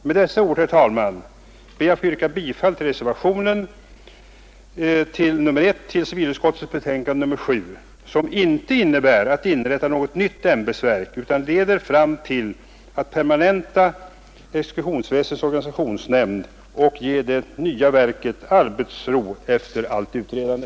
Med dessa ord, herr talman, ber jag att få yrka bifall till reservationen 1 vid civilutskottets betänkande nr 7, som inte innebär att vi skall inrätta något nytt ämbetsverk utan går ut på att man skall permanenta exekutionsväsendets organisationsnämnd och ge det nya verket arbetsro efter allt utredande.